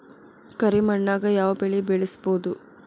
ಕರಿ ಮಣ್ಣಾಗ್ ಯಾವ್ ಬೆಳಿ ಬೆಳ್ಸಬೋದು?